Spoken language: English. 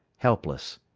helpless.